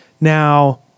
Now